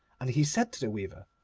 and he said to the weaver,